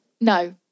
No